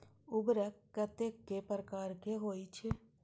उर्वरक कतेक प्रकार के होई छै?